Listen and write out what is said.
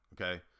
okay